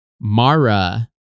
Mara